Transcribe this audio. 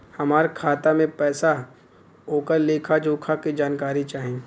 हमार खाता में पैसा ओकर लेखा जोखा के जानकारी चाही?